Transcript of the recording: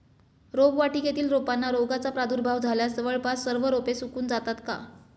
रोपवाटिकेतील रोपांना रोगाचा प्रादुर्भाव झाल्यास जवळपास सर्व रोपे सुकून जातात का?